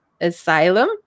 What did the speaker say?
Asylum